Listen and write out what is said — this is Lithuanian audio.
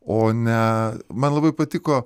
o ne man labai patiko